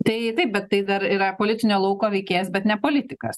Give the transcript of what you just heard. tai taip bet tai dar yra politinio lauko veikėjas bet ne politikas